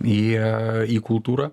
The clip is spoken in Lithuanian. į į kultūrą